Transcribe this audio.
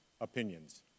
opinions